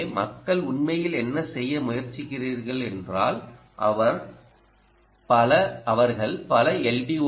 எனவே மக்கள் உண்மையில் என்ன செய்ய முயற்சிக்கிறார்கள் என்றால் அவர்கள் பல எல்